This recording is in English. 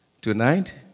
tonight